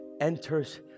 enters